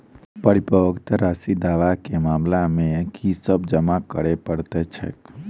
परिपक्वता राशि दावा केँ मामला मे की सब जमा करै पड़तै छैक?